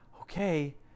Okay